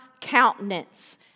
countenance